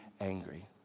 angry